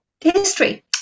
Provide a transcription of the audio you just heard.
history